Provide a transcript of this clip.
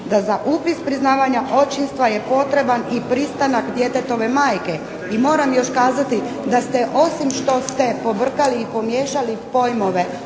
da za upis priznavanja očinstva je potreban i pristanak djetetove majke. I moram još kazati da ste osim što ste pobrkali i pomiješali pojmove,